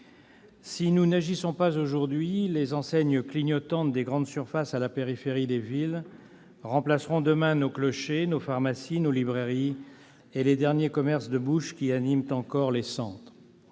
Si nous n'agissons pas aujourd'hui, les enseignes clignotantes des grandes surfaces à la périphérie des villes remplaceront, demain, nos clochers, nos pharmacies, nos librairies et les derniers commerces de bouche qui animent encore les centres.